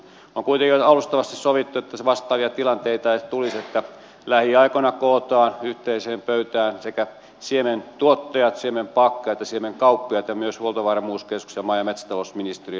on kuitenkin jo alustavasti sovittu jotta vastaavia tilanteita ei tulisi että lähiaikoina kootaan yhteiseen pöytään siementuottajat siemenpakkaajat ja siemenkauppiaat ja myös huoltovarmuuskeskus ja maa ja metsätalousministeriö